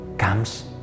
comes